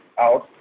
out